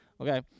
Okay